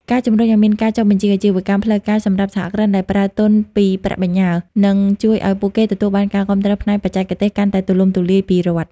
ការជំរុញឱ្យមានការចុះបញ្ជីអាជីវកម្មផ្លូវការសម្រាប់សហគ្រិនដែលប្រើទុនពីប្រាក់បញ្ញើ នឹងជួយឱ្យពួកគេទទួលបានការគាំទ្រផ្នែកបច្ចេកទេសកាន់តែទូលំទូលាយពីរដ្ឋ។